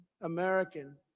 American